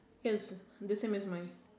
yes the same as mine